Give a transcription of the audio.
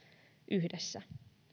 yhdessä